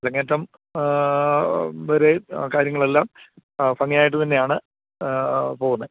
അരങ്ങേറ്റം വരെ കാര്യങ്ങളെല്ലാം ഭംഗിയായിട്ടു തന്നെയാണ് പോകുന്നത്